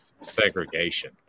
segregation